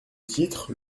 titre